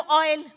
oil